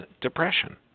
depression